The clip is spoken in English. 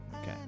okay